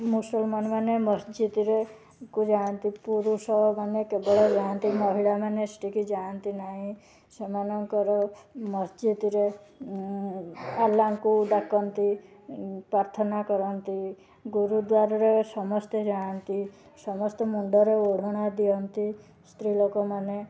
ମୁସଲମାନ ମାନେ ମସଜିଦରେ କୁ ଯାଆନ୍ତି ପୁରୁଷମାନେ କେବଳ ଯାଆନ୍ତି ମହିଳାମାନେ ସେଠିକି ଯାଆନ୍ତି ନାହିଁ ସେମାନଙ୍କର ମସଜିଦରେ ଆଲ୍ଲାଙ୍କୁ ଡାକନ୍ତି ପ୍ରାର୍ଥନା କରନ୍ତି ଗୁରୁଦ୍ୱାରରେ ସମସ୍ତେ ଯାଆନ୍ତି ସମସ୍ତେ ମୁଣ୍ଡରେ ଓଢ଼ଣା ଦିଅନ୍ତି ସ୍ତ୍ରୀ ଲୋକମାନେ